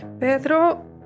Pedro